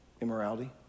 immorality